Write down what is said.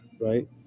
right